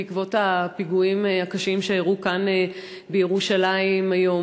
בעקבות הפיגועים הקשים שאירעו כאן בירושלים היום.